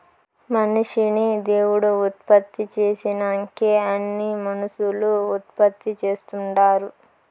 మనిషిని దేవుడు ఉత్పత్తి చేసినంకే అన్నీ మనుసులు ఉత్పత్తి చేస్తుండారు